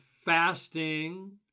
fasting